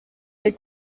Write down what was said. les